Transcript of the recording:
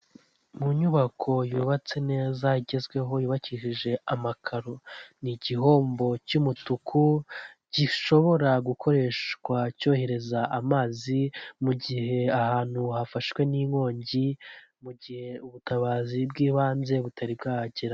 Mu nyubako yubatse neza igezweho yubakishije amakaro ni igihombo cy'umutuku gishobora gukoreshwa cyohereza amazi mu gihe ahantu hafashwe n'inkongi, mu gihe ubutabazi bw'ibanze butari bwahagera.